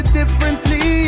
differently